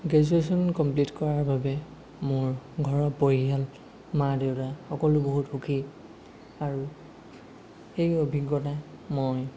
graduation complete কৰাৰ বাবে মোৰ ঘৰৰ পৰিয়াল মা দেউতা সকলো বহুত সুখী আৰু সেই অভিজ্ঞতা মই